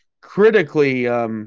critically